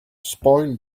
spoil